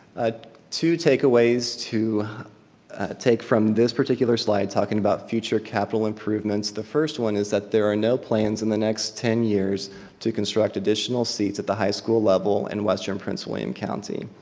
ah two takeaways to take from this particular slide talking about future capital improvements. the first one is that there are no plans in the next ten years to construct additional seats at the high school level and western prince william county.